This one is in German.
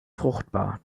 fruchtbar